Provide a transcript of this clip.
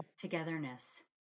togetherness